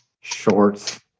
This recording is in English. shorts